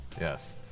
Yes